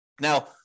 Now